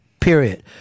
period